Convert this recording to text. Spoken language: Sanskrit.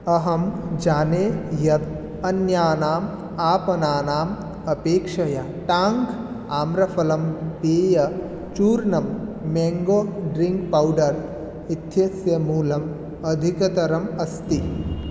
अहं जाने यत् अन्यानाम् आपणानाम् अपेक्षया टाङ्ग् आम्रफलम् पेयचूर्णम् मेङ्गो ड्रिङ्क् पौडर् इत्यस्य मूल्यम् अधिकतरम् अस्ति